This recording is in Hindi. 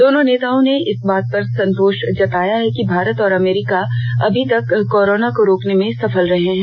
दोनों नेताओं ने इस बात पर संतोष जताया है कि भारत और अमेरिका अभी तक कोरोना को रोकने में सफल रहे हैं